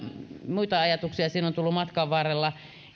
muita ajatuksia siinä on tullut matkan varrella